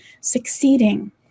succeeding